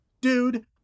dude